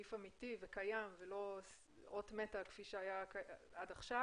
לסעיף אמיתי וקיים ולא אות מתה כפי שהיה עד עכשיו.